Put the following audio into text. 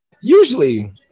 usually